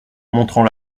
montrant